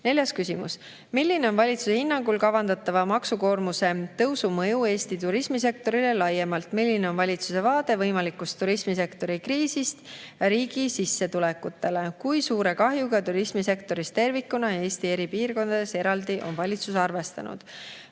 Neljas küsimus: "Milline on valitsuse hinnangul kavandatava maksukoormuse tõusu mõju Eesti turismisektorile laiemalt? Milline on valitsuse vaade võimalikust turismisektori kriisist riigi sissetulekutele? Kui suure kahjuga turismisektoris tervikuna ja Eesti eri piirkondades eraldi on valitsus arvestanud?"